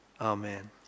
Amen